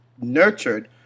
nurtured